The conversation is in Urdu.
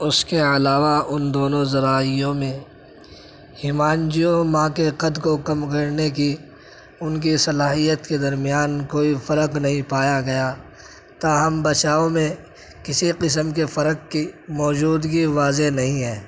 اس کے علاوہ ان دونوں ذرائعوں میں ہیمانجیوما کے قد کو کم کرنے کی ان کی صلاحیت کے درمیان کوئی فرق نہیں پایا گیا تاہم بچاؤ میں کسی قسم کے فرق کی موجودگی واضح نہیں ہے